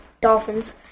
Dolphins